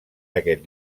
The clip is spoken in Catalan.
aquest